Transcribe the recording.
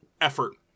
effort